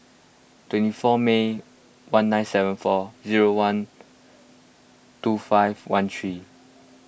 twenty four May one nine seven four zero one two five one three